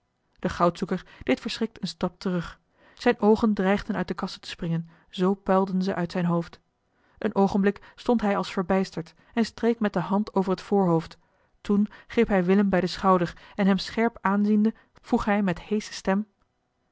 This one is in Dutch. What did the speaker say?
de goudzoeker deed verschrikt een stap terug zijne oogen dreigden uit de kassen te springen zoo puilden ze uit zijn hoofd een oogenblik stond hij als verbijsterd en streek met de hand over het voorhoofd toen greep hij willem bij den schouder en hem scherp aanziende vroeg hij met heesche stem